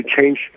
change